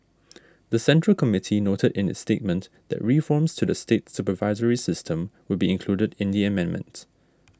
the Central Committee noted in the statement that reforms to the state supervisory system would be included in the amendment